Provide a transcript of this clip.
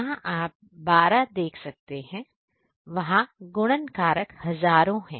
जहां आप 1200 देख सकते हैं वहां गुणन कारक हजारों है